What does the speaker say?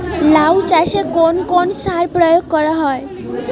লাউ চাষে কোন কোন সার প্রয়োগ করা হয়?